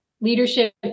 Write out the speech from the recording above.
Leadership